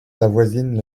avoisinent